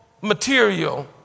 material